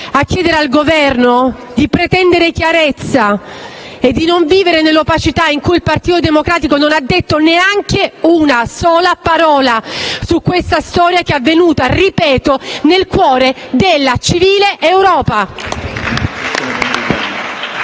a chiedere al Governo di pretendere chiarezza e di non vivere nell'opacità perché il Partito Democratico non ha detto una sola parola su questa storia che è avvenuta, lo ripeto, nel cuore della civile Europa.